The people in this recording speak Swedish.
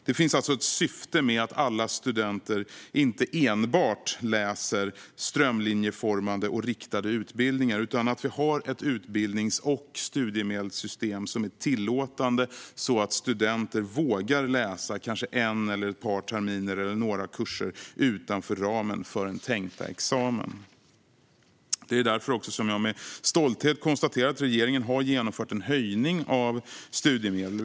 Det finns alltså ett syfte med att alla studenter inte enbart läser strömlinjeformade och riktade utbildningar utan att vi har ett utbildnings och studiemedelssystem som är tillåtande, så att studenter vågar läsa kanske en eller ett par terminer eller några kurser utanför ramen för den tänkta examen. Det är också därför som jag med stolthet konstaterar att regeringen har genomfört en höjning av studiemedlen.